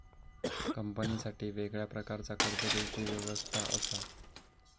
कंपनीसाठी वेगळ्या प्रकारचा कर्ज देवची व्यवस्था असा